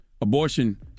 abortion